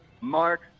Mark